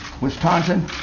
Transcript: Wisconsin